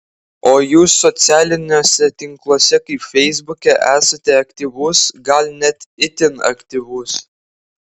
o jūs socialiniuose tinkluose kaip feisbuke esate aktyvus gal net itin aktyvus